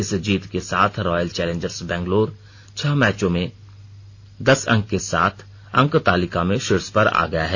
इस जीत के साथ रॉयल चैलेंजर्स बेंगलोर छह मैचों से दस अंक के साथ अंकतालिका में शीर्ष पर आ गया है